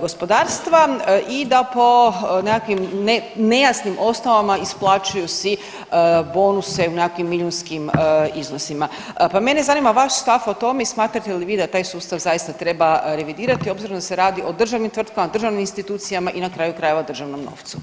gospodarstva i da po nekakvim nejasnim osnovama isplaćuju si bonuse u nekakvim milijunskim iznosima, pa mene zanima vaš stav o tome i smatrate li vi da taj sustav zaista treba revidirati obzirom da se radi o državnim tvrtkama, državnim institucijama i na kraju krajeva državnom novcu?